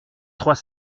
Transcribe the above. trois